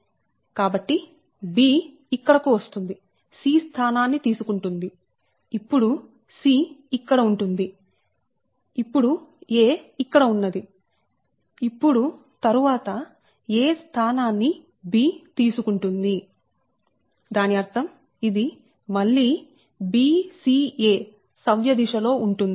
b ఇక్కడకు వస్తుంది c స్థానాన్ని తీసుకుంటుంది ఇప్పుడు c ఇక్కడ ఉంటుంది ఇప్పుడు a ఇక్కడ ఉన్నది ఇప్పుడు తరువాత a స్థానాన్ని b తీసుకుంటుంది దాని అర్థంఇది మళ్లీ b c a సవ్య దిశ లో ఉంటుంది